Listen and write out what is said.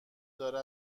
داره